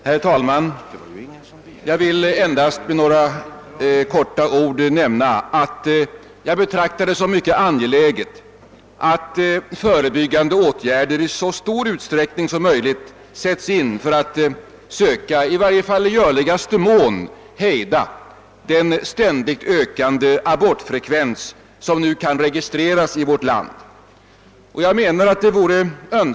Herr talman! Jag vill endast helt kort framhålla att jag betraktar det som mycket angeläget att i så stor utsträckning söm möjligt sätta in förebyggande åtgärder i syfte att i görligaste mån hejda den ständiga ökning av abortfrekvensen som kan registreras i vårt land.